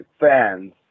fans